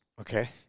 Okay